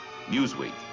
Newsweek